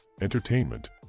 entertainment